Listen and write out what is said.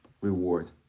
reward